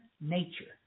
nature